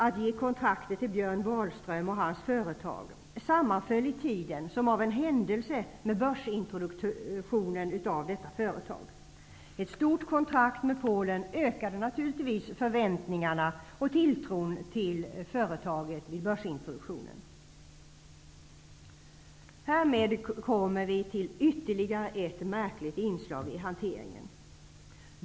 Wahlström och hans företag sammanföll i tiden som av en händelse med börsintroduktionen av detta företag. Ett stort kontrakt med Polen ökade naturligtvis förväntningarna på och tilltron till företaget i börsintroduktionen. Härmed kommer vi till ytterligare ett märkligt inslag i hanteringen.